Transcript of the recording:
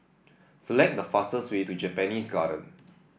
select the fastest way to Japanese Garden